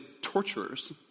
torturers